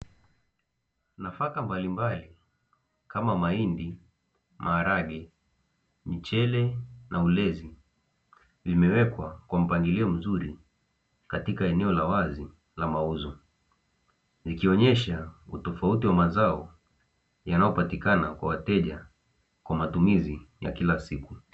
Nafaka mbalimbali kama: mahindi, maharage, mchele na ulezi, vimewekwa kwa mpangilio mzuri katika eneo la wazi la mauzo, ikionyesha utofauti wa mazao yanayopatikana kwa wateja kwa matumizi ya kila siku.